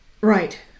Right